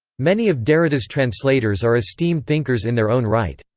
many of derrida's translators are esteemed thinkers in their own right.